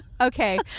Okay